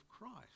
Christ